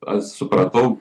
aš supratau